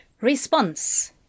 Response